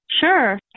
Sure